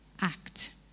act